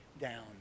down